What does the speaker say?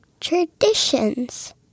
traditions